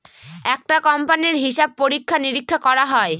একটা কোম্পানির হিসাব পরীক্ষা নিরীক্ষা করা হয়